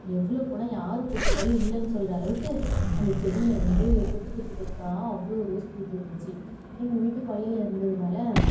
எவ்வளோ பூன்னா யார் பூ கேட்டாலும் இல்லேன்னு சொல்கிற அளவுக்கு அந்த செடியில் வந்து கொத்து கொத்து கொத்தாக அவ்வளோ ரோஸ் பூத்திருந்திச்சு எங்கள் வீட்டு கொல்லையில் இருந்ததுனால்